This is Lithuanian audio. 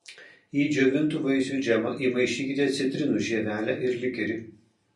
į džiovintų vaisių džemą įmaišykite citrinų žievelę ir likerį